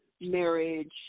marriage